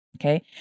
Okay